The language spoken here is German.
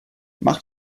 mach